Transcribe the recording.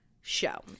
show